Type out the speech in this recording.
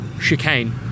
chicane